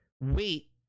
wait